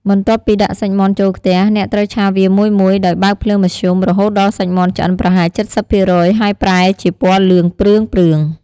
បន្ទាប់ពីដាក់សាច់មាន់ចូលខ្ទះ អ្នកត្រូវឆាវាមួយៗ ដោយបើកភ្លើងមធ្យម រហូតដល់សាច់មាន់ឆ្អិនប្រហែល ៧០% ហើយប្រែជាពណ៌លឿងព្រឿងៗ។